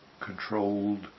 controlled